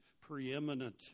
preeminent